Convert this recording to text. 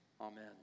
amen